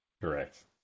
Correct